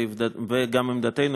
וגם את עמדתנו,